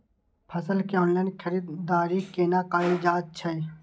फसल के ऑनलाइन खरीददारी केना कायल जाय छै?